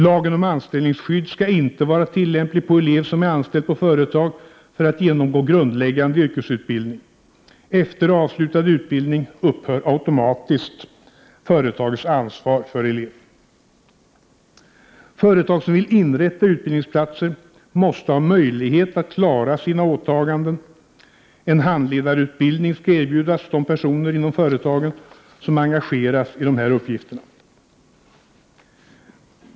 Lagen om anställningsskydd skall inte vara tillämplig på elev som är anställd på företag för att genomgå grundläggande yrkesutbildning. Efter avslutad utbildning upphör automatiskt företagets ansvar för elev. 63 Företag som vill inrätta utbildningsplatser måste ha möjlighet att klara sina åtaganden. En handledarutbildning skall erbjudas de personer inom företagen som engageras i dessa uppgifter.